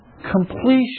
completion